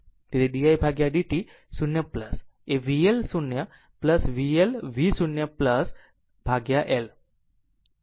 તેથી di dt 0 એ v L 0 v L v0 L હશે